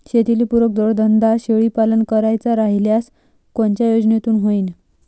शेतीले पुरक जोडधंदा शेळीपालन करायचा राह्यल्यास कोनच्या योजनेतून होईन?